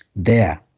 there,